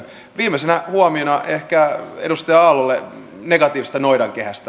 viimeisenä huomiona ehkä edustaja aallolle negatiivisesta noidankehästä